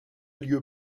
lieu